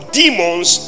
demons